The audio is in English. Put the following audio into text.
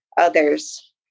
others